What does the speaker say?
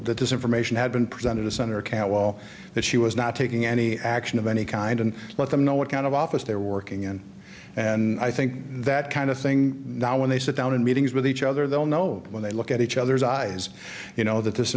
that this information had been presented to senator cantwell that she was not taking any action of any kind and let them know what kind of office they were working in and i think that kind of thing now when they sit down in meetings with each other well know when they look at each other's eyes you know that this